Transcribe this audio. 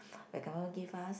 when government give us